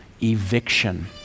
eviction